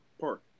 park